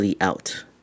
out